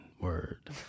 word